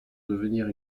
devenir